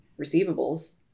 receivables